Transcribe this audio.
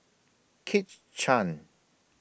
Kit Chan